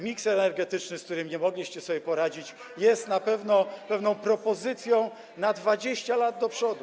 Miks energetyczny, z którym nie mogliście sobie poradzić, jest na pewno propozycją na 20 lat do przodu.